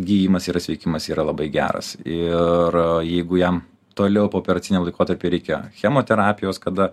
gijimas yra sveikimas yra labai geras ir jeigu jam toliau pooperaciniam laikotarpiui reikia chemoterapijos kada